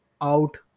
out